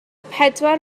pedwar